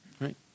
right